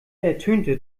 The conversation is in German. ertönte